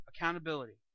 accountability